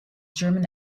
german